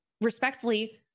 respectfully